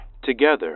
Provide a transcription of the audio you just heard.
Together